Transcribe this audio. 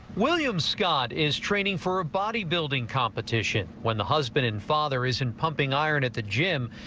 william scott is training for a body building competition. when the husband and father isn't pumping iron at the gym,